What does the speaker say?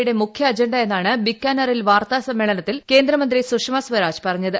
യുടെ മുഖ്യ അജണ്ട എന്നാണ് ബിക്കാനറിൽ വാർത്താസമ്മേളനത്തിൽ കേന്ദ്രമന്ത്രി സുഷമ സ്വരാജ് പ്റ്റഞ്ഞത്